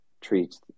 treats